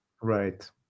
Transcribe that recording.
Right